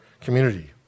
community